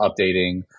updating